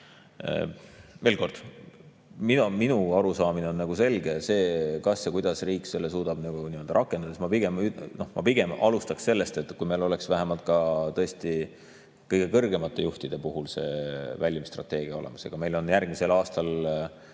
Veel kord, minu arusaamine on selgelt see – [iseasi], kuidas riik selle suudab rakendada –, et ma pigem alustaksin sellest, et meil oleks vähemalt kõige kõrgemate juhtide puhul väljumisstrateegia olemas. Meil on järgmisel aastal